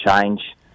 change